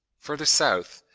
further south,